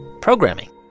programming